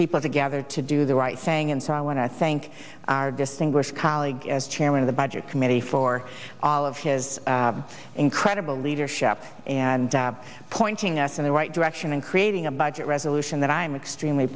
people together to do the right saying and so i want to thank our distinguished colleague as chairman of the budget committee for all of his incredible leadership and pointing us in the right direction in creating a budget resolution that i'm extremely